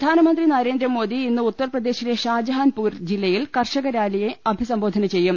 പ്രധാനമന്ത്രി നരേന്ദ്രമോദി ഇന്ന് ഉത്തർപ്രദേശിലെ ഷാജഹാൻപൂർ ജില്ലയിൽ കർഷകറാലിയെ അഭിസംബോധന ചെയ്യും